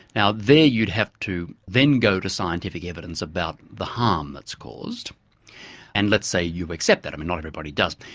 now there you'd have to then go to scientific evidence about the harm that's caused and let's say you accept that i mean not everybody does.